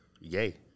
Yay